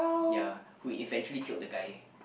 ya who eventually killed the guy